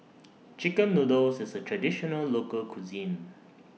Chicken Noodles IS A Traditional Local Cuisine